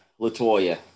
Latoya